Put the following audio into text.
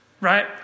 Right